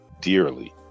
dearly